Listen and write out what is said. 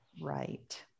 Right